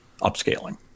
upscaling